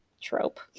trope